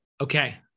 Okay